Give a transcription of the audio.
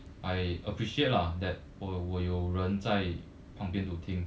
I appreciate lah that 我我有人在旁边 to 听